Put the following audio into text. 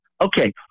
Okay